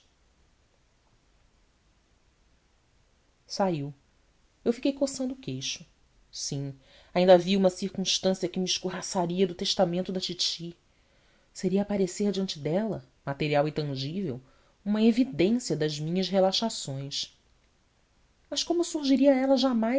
saiu eu fiquei coçando o queixo sim ainda havia uma circunstância que me escorraçaria do testamento da titi seria aparecer diante dela material e tangível uma evidência das minhas relaxações mas como surgiria ela jamais